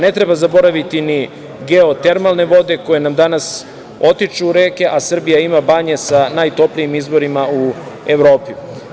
Ne treba zaboraviti geotermalne vode koje nam danas otiču u reke, a Srbija ima banje sa najtoplijim izvorima u Evropi.